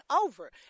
over